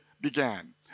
began